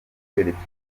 kwerekeza